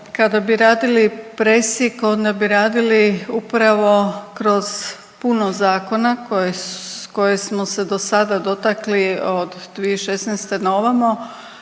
kada bi radili presjek onda bi radili upravo kroz puno zakona koje smo se dosada dotakli od 2016. na ovamo.